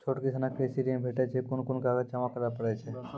छोट किसानक कृषि ॠण भेटै छै? कून कून कागज जमा करे पड़े छै?